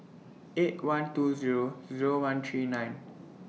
eight one two Zero Zero one three nine